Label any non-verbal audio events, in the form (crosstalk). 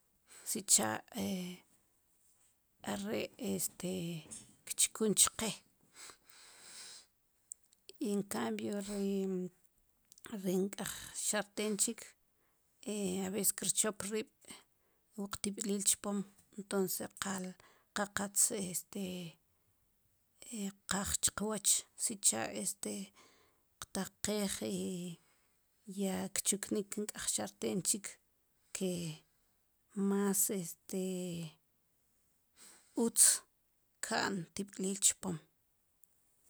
Sicha' (hesitation) are' este kchkun chqe encambio ri ri nk'ej xarten chik e abes kir chop riib' wu qtib'lil chpom entons qal qa qatz este kqaaj chiq woch sicha' este qtaqij (hesitation) ya kchuknik nk'ej xarten chik ke mas este utz ka'n tib'lil chpom